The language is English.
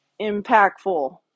impactful